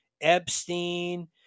Epstein